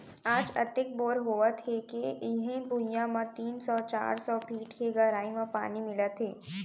आज अतेक बोर होवत हे के इहीं भुइयां म तीन सौ चार सौ फीट के गहरई म पानी मिलत हे